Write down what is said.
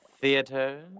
theater